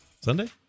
Sunday